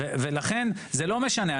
ולכן זה לא משנה,